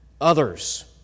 others